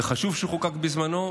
וחשוב שחוקק בזמנו,